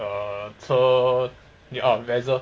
车你 vessel